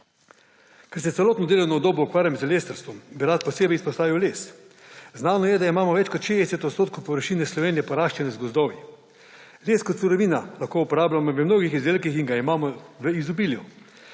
Ker se celotno delovno dobo ukvarjam z lesarstvom, bi rad posebej izpostavil les. Znano je, da imamo več kot 60 odstotkov površine Slovenije poraščene z gozdovi. Les kot surovina lahko uporabljamo v mnogih izdelkih in ga imamo v izobilju.